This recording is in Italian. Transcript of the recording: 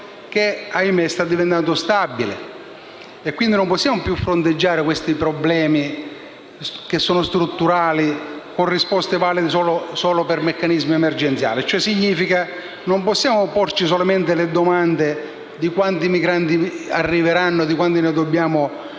che, ahimè, sta diventando stabile. Non possiamo più, quindi, fronteggiare questi problemi, che sono strutturali, con risposte valide solo per meccanismi emergenziali. Ciò significa che non possiamo porci solamente le domande di quanti migranti arriveranno e di quanti ne dobbiamo nutrire